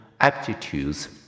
aptitudes